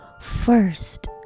first